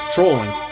Trolling